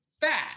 fat